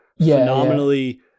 phenomenally